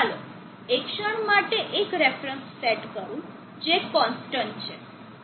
ચાલો એક ક્ષણ માટે એક રેફરન્સ સેટ કરું જે કોન્સ્ટન્ટ છે